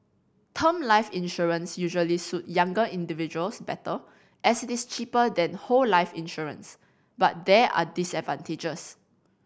term life insurance usually suit younger individuals better as it is cheaper than whole life insurance but there are disadvantages